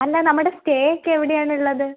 അല്ല നമ്മുടെ സ്റ്റേ ഒക്കെ എവിടെയാണുള്ളത്